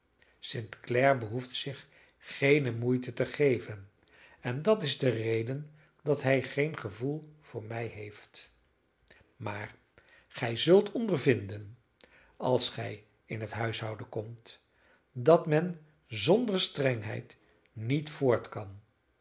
st clare behoeft zich geene moeite te geven en dat is de reden dat hij geen gevoel voor mij heeft maar gij zult ondervinden als gij in het huishouden komt dat men zonder strengheid niet voort kan zoo